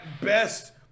best